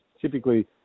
typically